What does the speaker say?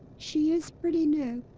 she is pretty new.